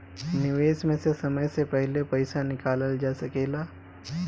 निवेश में से समय से पहले पईसा निकालल जा सेकला?